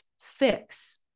fix